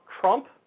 trump